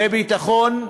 לביטחון,